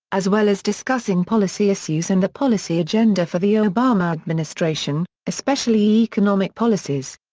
as well as discussing policy issues and the policy agenda for the obama administration, especially economic policies.